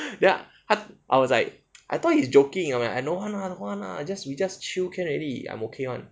then ah I was like I thought he was joking I'm like I don't want lah I don't want lah we just chill can already I'm okay [one]